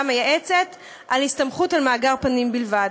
המייעצת להסתמכות על מאגר פנים בלבד.